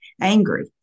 angry